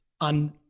on